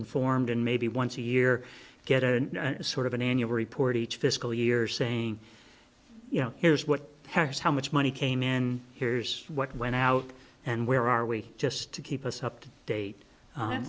informed and maybe once a year get a sort of an annual report each fiscal year saying you know here's what has how much money came in here's what went out and where are we just to keep us up to date